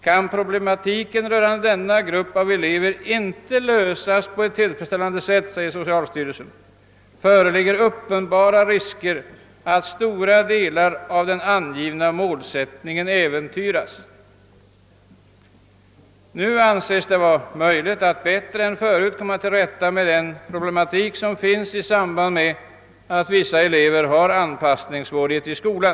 Kan problematiken för denna grupp av elever inte lösas på tillfredsställande sätt, säger socialstyrelsen, föreligger uppenbara risker att stora delar av den angivna målsättningen äventyras. Det anses numera vara möjligt att bättre än förut komma till rätta med de problem som uppstår på grund av att vissa elever har anpassningssvårigheter i skolan.